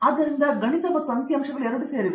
ಅರಂದಾಮ ಸಿಂಗ್ ಆದ್ದರಿಂದ ಗಣಿತ ಮತ್ತು ಅಂಕಿ ಅಂಶಗಳು ಎರಡೂ ಇವೆ